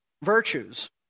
virtues